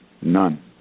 None